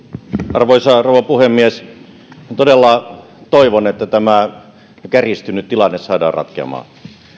arvoisa rouva puhemies todella toivon että tämä kärjistynyt tilanne saadaan ratkeamaan